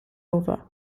over